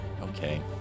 Okay